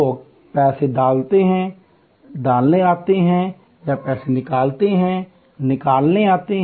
लोग पैसे डालने आते हैं या पैसे निकालते हैं